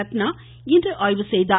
ரத்னா இன்று ஆய்வு செய்தார்